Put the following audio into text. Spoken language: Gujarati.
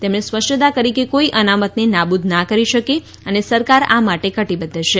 તેમણે સ્પષ્ટતા કરી કે કોઇ અનામતને નાબુદ ના કરી શકે અને સરકાર આ માટે કટિબદ્ધ છે